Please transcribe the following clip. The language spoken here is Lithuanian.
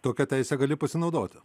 tokia teise gali pasinaudoti